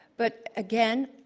but again,